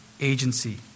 agency